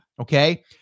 Okay